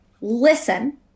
listen